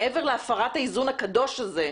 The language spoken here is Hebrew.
מעבר להפרת האיזון הקדוש הזה,